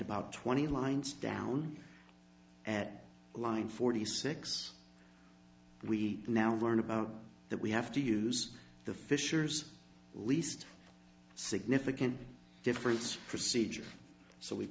about twenty lines down at line forty six we now learn about that we have to use the fisher's least significant difference procedure so we